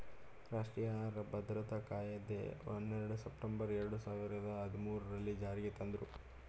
ರಾಷ್ಟ್ರೀಯ ಆಹಾರ ಭದ್ರತಾ ಕಾಯಿದೆ ಹನ್ನೆರಡು ಸೆಪ್ಟೆಂಬರ್ ಎರಡು ಸಾವಿರದ ಹದ್ಮೂರಲ್ಲೀ ಜಾರಿಗೆ ತಂದ್ರೂ